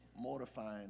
mortifying